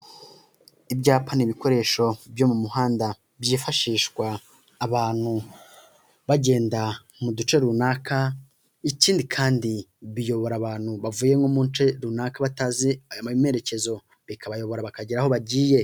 Ibyapa ni ibikoresho byo mu muhanda. Byifashishwa abantu bagenda mu duce runaka, ikindi kandi biyobora abantu bavuye nko mu nce runaka batazi amerekezo. Bikabayobora bakagera aho bagiye.